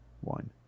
one